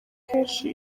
kenshi